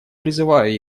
призываю